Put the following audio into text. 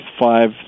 five